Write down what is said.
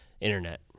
internet